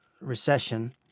recession